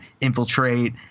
infiltrate